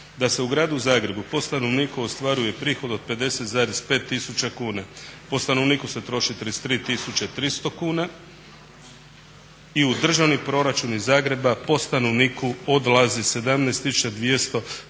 da se u gradu Zagrebu po stanovniku ostvaruje prihod od 50,5 tisuća kuna. Po stanovniku se troši 33300 kuna i u državni proračun iz Zagreba po stanovniku odlazi 17227 kuna.